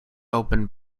opened